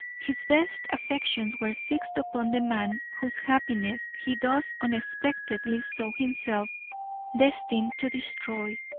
his best affections were fixed upon the man whose happiness he thus unexpectedly saw himself destined to destroy.